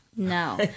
No